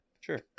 sure